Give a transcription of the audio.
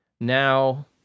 Now